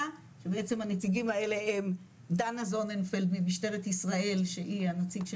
שבעצם הנציגים האלה הם דנה זוננפלד ממשטרת ישראל שהיא הנציג של